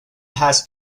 has